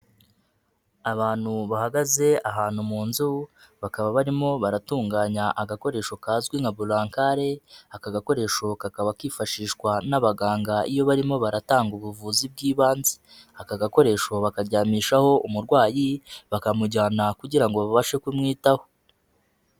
Abantu bahagaze ahantu mu nzu, bakaba barimo baratunganya agakoresho kazwi nka burankari, aka gakoresho kakaba kifashishwa n'abaganga iyo barimo baratanga ubuvuzi bw'ibanze, aka gakoresho bakaryamishaho umurwayi, bakamujyana kugira ngo babashe kumwitaho.